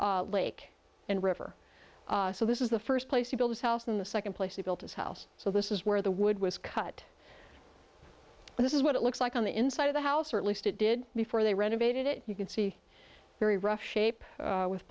back lake and river so this is the first place to build his house in the second place he built his house so this is where the wood was cut this is what it looks like on the inside of the house or at least it did before they renovated it you can see very rough shape with